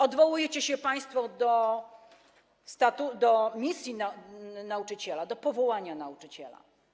Odwołujecie się państwo do misji nauczyciela, do powołania nauczyciela.